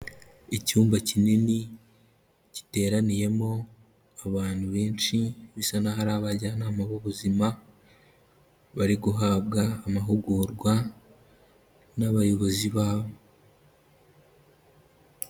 Icyumba kinini giteraniyemo abantu benshi bisa naho ari abajyanama b'ubuzima, bari guhabwa amahugurwa n'abayobozi babo.